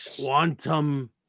Quantum